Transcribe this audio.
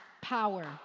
power